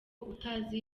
utazi